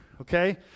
Okay